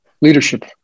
leadership